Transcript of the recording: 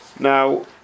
Now